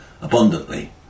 abundantly